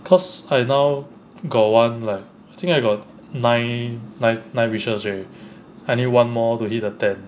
cause I now got one like I think I got nine nine wishes already I need one more to hit a ten